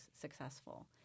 successful